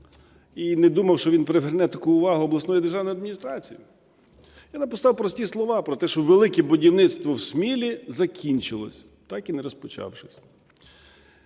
і не думав, що він приверне таку увагу обласної державної адміністрації. Я написав прості слова про те, що "Велике будівництво" в Смілі закінчилось, так і не розпочавшись,